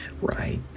right